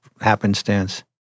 happenstance